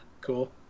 Cool